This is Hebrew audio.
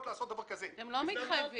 לעשות דבר כזה --- הן לא מתחייבות.